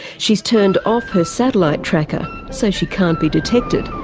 she's turned off her satellite tracker so she can't be detected,